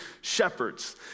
shepherds